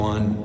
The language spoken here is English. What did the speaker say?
One